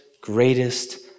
greatest